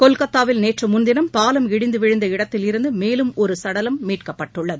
கொல்கத்தாவில் நேற்று முன்தினம் பாவம் இடிந்து விழுந்த இடத்திலிருந்து மேலும் ஒரு சடலம் மீட்கப்பட்டுள்ளது